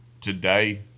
today